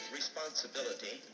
responsibility